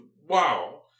WoW